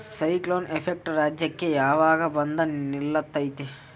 Cyclone effect ರಾಜ್ಯಕ್ಕೆ ಯಾವಾಗ ಬಂದ ನಿಲ್ಲತೈತಿ?